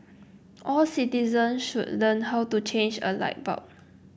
all citizens should learn how to change a light bulb